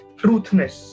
truthness